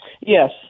yes